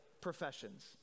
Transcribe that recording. professions